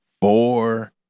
Four